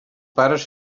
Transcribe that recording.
pares